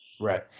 Right